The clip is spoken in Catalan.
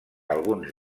alguns